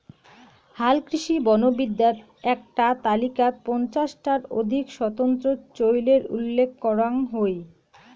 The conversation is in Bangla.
হালকৃষি বনবিদ্যাত এ্যাকটা তালিকাত পঞ্চাশ টার অধিক স্বতন্ত্র চইলের উল্লেখ করাং হই